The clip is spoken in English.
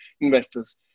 investors